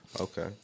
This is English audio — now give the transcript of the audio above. Okay